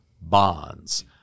bonds